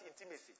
intimacy